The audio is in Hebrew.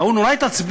ההוא נורא התעצבן,